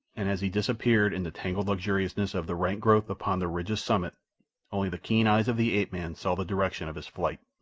and as he disappeared in the tangled luxuriousness of the rank growth upon the ridge's summit only the keen eyes of the ape-man saw the direction of his flight.